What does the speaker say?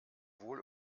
wohl